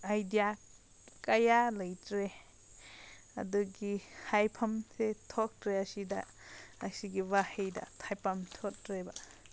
idea ꯀꯌꯥ ꯂꯩꯇ꯭ꯔꯦ ꯑꯗꯨꯒꯤ ꯍꯥꯏꯐꯝꯗꯤ ꯊꯣꯛꯇ꯭ꯔꯦ ꯑꯁꯤꯗ ꯑꯁꯤꯒꯤ ꯋꯥꯍꯩꯗ ꯍꯥꯏꯐꯝ ꯊꯣꯛꯇ꯭ꯔꯦꯕ